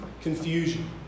Confusion